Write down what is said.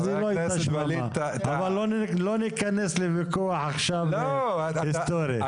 אבל לא ניכנס לויכוח עכשיו היסטורי.